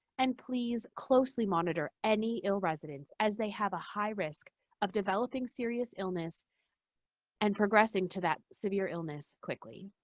and please closely monitor any ill residents as they have a high risk of developing serious illness and progressing to that severe illness quickly.